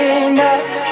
enough